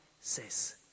says